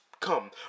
come